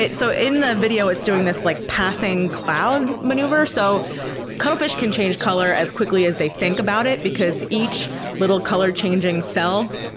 so, in the video it's doing this like passing cloud maneuver so cuttlefish can change color as quickly as they think about it because each little color changing cell